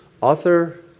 author